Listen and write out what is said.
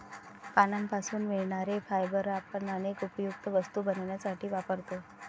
पानांपासून मिळणारे फायबर आपण अनेक उपयुक्त वस्तू बनवण्यासाठी वापरतो